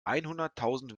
einhunderttausend